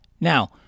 Now